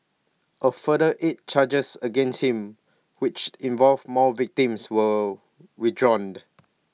A further eight charges against him which involved more victims were withdrawn end